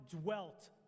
dwelt